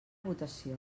votació